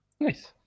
Nice